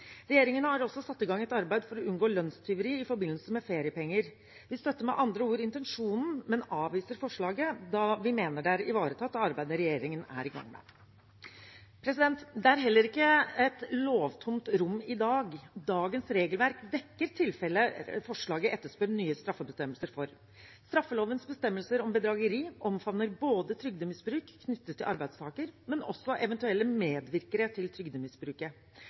Regjeringen har også satt i gang et arbeid for å unngå lønnstyveri i forbindelse med feriepenger. Vi støtter med andre ord intensjonen, men avviser forslaget, da vi mener det er ivaretatt av arbeidet regjeringen er i gang med. Det er heller ikke et lovtomt rom i dag. Dagens regelverk dekker tilfellet forslaget etterspør nye straffebestemmelser for. Straffelovens bestemmelser om bedrageri omfavner både trygdemisbruk knyttet til arbeidstaker og eventuelle medvirkere til trygdemisbruket.